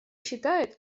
считает